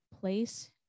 place